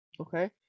Okay